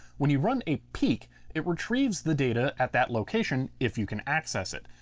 when you run a peek it retrieves the data at that location if you can access it.